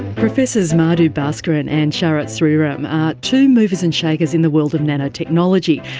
professors madhu bhaskaran and sharath sriam are two movers and shakers in the world of nanotechnology,